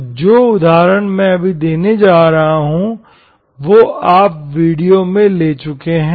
तो जो उदाहरण मैं अभी देने जा रहा हूँ वो आप पिछले वीडियो में ले चुके हैं